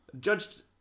judged